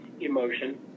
emotion